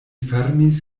fermis